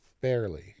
Barely